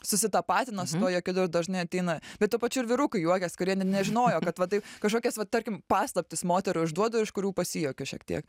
susitapatina su tuo juokeliu dažnai ateina bet tuo pačiu ir vyrukai juokės kurie ne nežinojo kad va taip kažkokias va tarkim paslaptis moterų išduodu iš kurių pasijuokiau šiek tiek